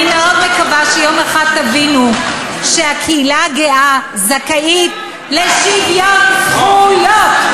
אני מאוד מקווה שיום אחד תבינו שהקהילה הגאה זכאית לשוויון זכויות.